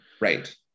Right